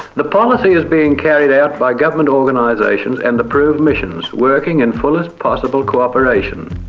the policy is being carried out by government organisations and approved missions, working in fullest possible cooperation.